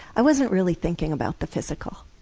i wasn't really thinking about the physical.